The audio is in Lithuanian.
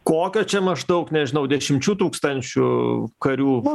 kokio čia maždaug nežinau dešimčių tūkstančių karių